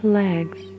legs